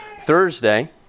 Thursday